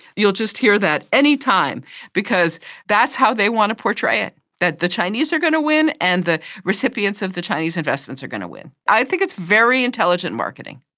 you will just hear that any time because that's how they want to portray it, that the chinese are going to win and the recipients of the chinese investments are going to win. i think it's very intelligent marketing.